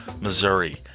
Missouri